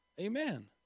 Amen